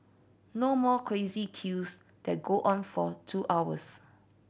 no more crazy queues that go on for two hours